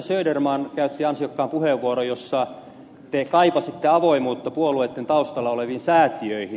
söderman käytitte ansiokkaan puheenvuoron jossa te kaipasitte avoimuutta puolueitten taustalla oleviin säätiöihin